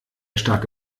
starke